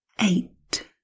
Eight